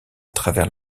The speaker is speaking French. travers